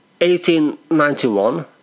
1891